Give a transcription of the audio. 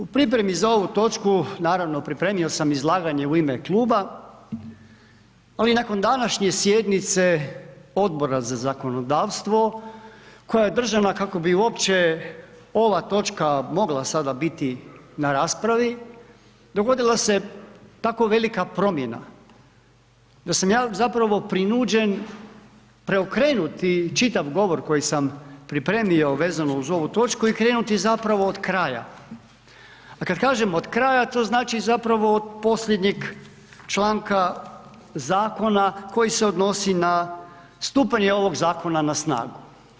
U pripremi za ovu točku, naravno pripremio sam izlaganje u ime kluba ali nakon današnje sjednice Odbora za zakonodavstvo koja je održana kako bi uopće ova točka mogla sada biti na raspravi, dogodila se tako velika promjena da sam ja zapravo prinuđen preokrenuti čitav govor koji sam pripremio vezano uz ovu točku i krenuti zapravo od kraja a kad kažem od kraja, to znači zapravo od posljednjeg članka zakona koji se odnosi na stupanje ovog zakona na snagu.